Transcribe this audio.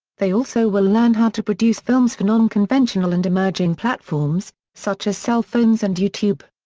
they also will learn how to produce films for non-conventional and emerging platforms, such as cell phones and youtube.